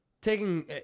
Taking